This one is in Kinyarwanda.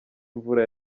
imvura